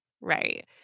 Right